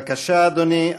בבקשה, אדוני.